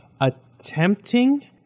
attempting